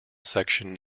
section